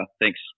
Thanks